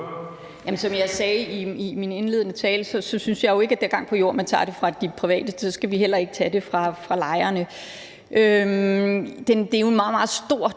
Som jeg sagde i min indledende tale, synes jeg jo ikke, at det har gang på jord, at man tager det fra de private, og så skal vi heller ikke tage det fra lejerne. Det er jo et meget, meget stort